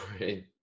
Right